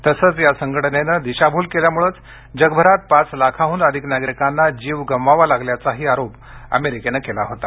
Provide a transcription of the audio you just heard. तसेच आरोग्य संघटनेनं दिशाभूल केल्यामुळेच जगभरात पाच लाखांहून अधिक नागिरकांना जीव गमवावा लागल्याचाही आरोप अमेरिकेनं केला होता